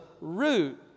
root